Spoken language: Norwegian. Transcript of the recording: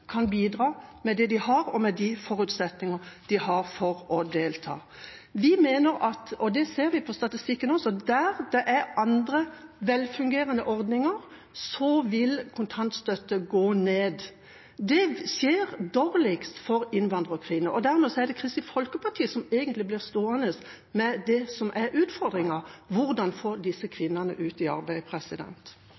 kan bidra med det de har, og med de forutsetninger de har for å delta. Vi mener, og det ser vi i statistikken også, at der det er andre velfungerende velferdsordninger, vil bruken av kontantstøtte gå ned. Det skjer i minst grad for innvandrerkvinner. Dermed er det egentlig Kristelig Folkeparti som blir stående med det som er utfordringen: Hvordan få disse